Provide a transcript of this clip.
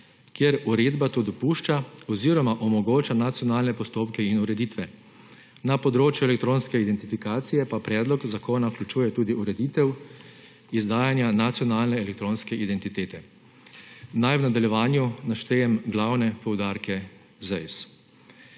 kjer uredba to dopušča oziroma omogoča nacionalne postopke in ureditve. Na področju elektronske identifikacije pa predlog zakona vključuje tudi ureditev izdajanja nacionalne elektronske identitete. Naj v nadaljevanju naštejem glavne poudarke ZEISZ.